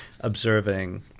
observing